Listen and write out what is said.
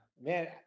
man